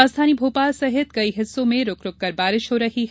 राजधानी भोपाल सहित कई हिस्सों में रूक रूक बारिश हो रही है